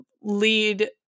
lead